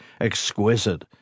exquisite